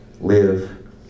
live